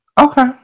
Okay